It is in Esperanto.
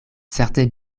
certe